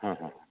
ହଁ ହଁ